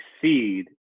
succeed